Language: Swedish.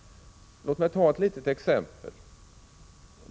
Låt mig ta ett litet exempel.